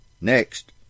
Next